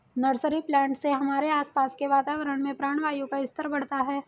nursery plant से हमारे आसपास के वातावरण में प्राणवायु का स्तर बढ़ता है